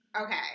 Okay